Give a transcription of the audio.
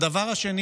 הדבר השני